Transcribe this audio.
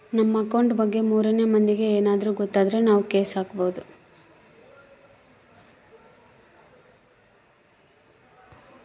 ನಮ್ ಅಕೌಂಟ್ ಬಗ್ಗೆ ಮೂರನೆ ಮಂದಿಗೆ ಯೆನದ್ರ ಗೊತ್ತಾದ್ರ ನಾವ್ ಕೇಸ್ ಹಾಕ್ಬೊದು